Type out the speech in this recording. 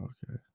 Okay